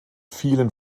vielen